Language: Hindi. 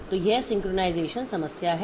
तो यह सिंक्रनाइज़ेशन समस्या है